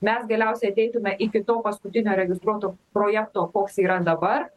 mes galiausiai ateitume iki to paskutinio registruoto projekto koks yra dabar